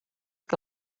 que